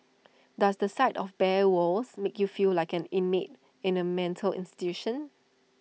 does the sight of bare walls make you feel like an inmate in A mental institution